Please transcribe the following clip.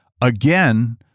again